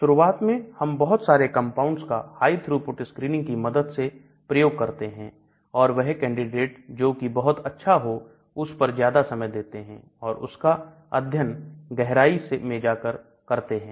शुरुआत में हम बहुत सारे कंपाउंड्स का High Throughput Screening की मदद से प्रयोग करते हैं और वह कैंडिडेट जोकि बहुत अच्छा हो उस पर ज्यादा समय देते हैं और उसका अध्ययन गहराई में जाकर करते हैं